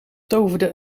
toverde